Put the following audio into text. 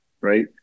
right